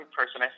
person